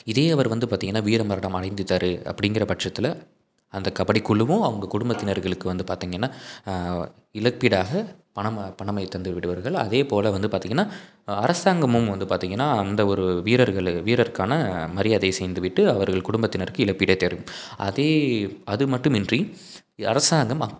இதே அவர் வந்து பார்த்திங்கன்னா வீர மரணம் அடைந்துட்டார் அப்படிங்கிற பட்சத்தில் அந்த கபடி குழுவும் அவங்க குடும்பத்தினர்களுக்கு வந்து பார்த்திங்கன்னா இழப்பீடாக பணமாக பணமை தந்து விடுவார்கள் அதே போல் வந்து பார்த்திங்கன்னா அரசாங்மும் வந்து பார்த்திங்கன்னா அந்த ஒரு வீரர்கள் வீரருக்கான மரியாதையை செய்து விட்டு அவர்கள் குடும்பத்தினருக்கு இழப்பீடே தரும் அதே அதுமட்டுமின்றி அரசாங்கம்